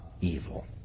evil